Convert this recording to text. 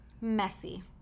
messy